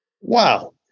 Wow